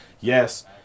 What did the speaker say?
Yes